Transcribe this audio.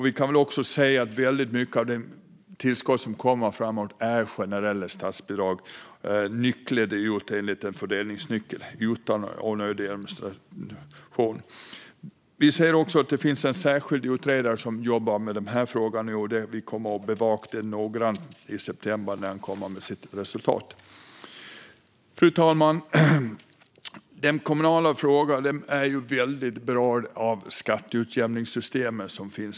Vi ser dessutom att väldigt mycket av de tillskott som kommer framöver är generella statsbidrag som delas ut enligt en fördelningsnyckel utan onödig administration. Vi ser också att det finns en särskild utredare som jobbar med den här frågan nu, och vi kommer att bevaka den noggrant. Resultatet kommer i september. Fru talman! De kommunala frågorna berörs i väldigt hög grad av skatteutjämningssystemet.